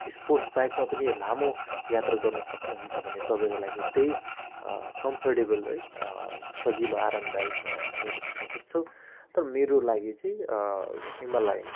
sports बाइकमा पनि लामो यात्रा गर्नु सक्नुहुन्छ भने तपाईँको लागि त्यही कम्फर्टेबल है सजिलो आरामदायक हामीहरू भन्नुसक्छौँ तर मेरो लागि चाहिँ हिमालयन